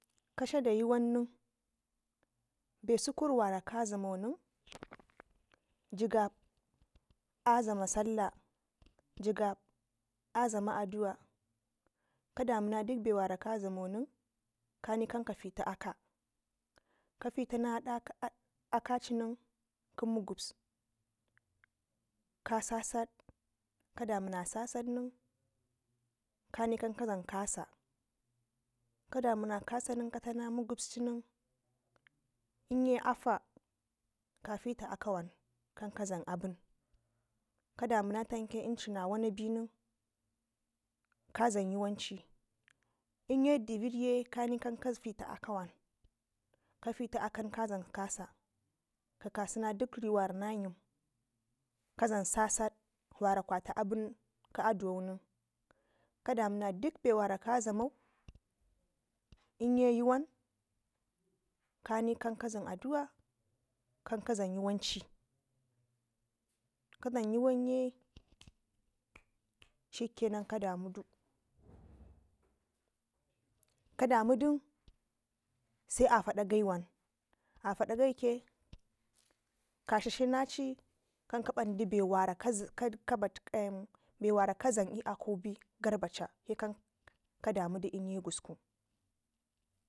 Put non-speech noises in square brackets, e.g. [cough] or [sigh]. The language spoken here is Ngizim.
Kedla da yuwan ne be suk ur wara ka dlamo nen [noise] jigab a dlama Sallah jigab a dlama addu'a kadamuna dikbe wora ka dlamo nen kani kan ka fiti aka kefina ko mugu bus ka sasad ka damuna sasad kani kan ka dlam kasa kadamuna ksan katana mugubusci nen lnye afa kafita akawan kan dlam aɓun ka duma tamke inci na wana be nen kadlam yuwanci inye divɘd ye kani kanka fiti aka kan ka dlam kasa kasena dik riwara na yam ka dlam sasad wara kwata ko aduwunen kamuna dik be wara ka dlamon inye yuwan kani kan ka dlam addu'a kan ka dlam yuwanci, ka dlam yuyan ye shikke nan ka damudu [noise] kadamu dun shike nan sai afa da kai shike nan sai afadakai ka dladlunaci kanka bandi be wara kaza [hesitation] be war ka dlam l'akubai l'garva ca he ka ka damudu lnye gusku.